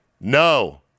No